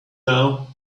now